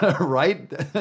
right